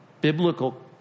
biblical